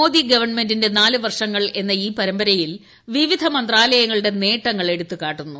മോദി ഗവൺമെന്റിന്റെ നാല് വർഷങ്ങൾ എന്ന ഈ പരമ്പരയിൽ വിവിധ മന്ത്രാലയങ്ങളുടെ നേട്ടങ്ങൾ എടുത്തുകാട്ടുന്നു